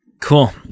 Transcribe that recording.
cool